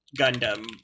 Gundam